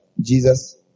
Jesus